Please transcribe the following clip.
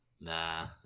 Nah